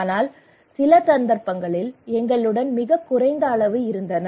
ஆனால் சில சந்தர்ப்பங்களில் எங்களுடன் மிகக் குறைந்த அளவு இருந்தன